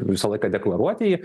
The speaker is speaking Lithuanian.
visą laiką deklaruot jį